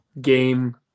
game –